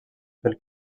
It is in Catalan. pel